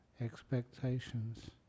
expectations